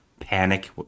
panic